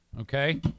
okay